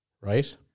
Right